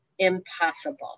impossible